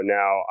now